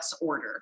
order